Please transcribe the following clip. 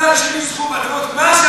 על מנת שהם יזכו בהטבות מס,